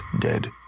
dead